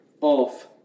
off